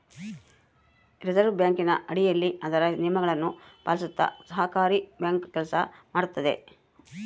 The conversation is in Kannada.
ರಿಸೆರ್ವೆ ಬ್ಯಾಂಕಿನ ಅಡಿಯಲ್ಲಿ ಅದರ ನಿಯಮಗಳನ್ನು ಪಾಲಿಸುತ್ತ ಸಹಕಾರಿ ಬ್ಯಾಂಕ್ ಕೆಲಸ ಮಾಡುತ್ತದೆ